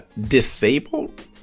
disabled